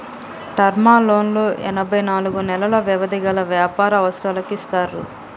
term లోన్లు ఎనభై నాలుగు నెలలు వ్యవధి గల వ్యాపార అవసరాలకు ఇస్తారు